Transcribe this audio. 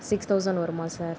six thousand வருமா sir